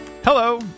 Hello